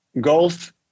golf